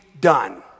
done